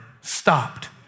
stopped